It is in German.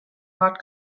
wort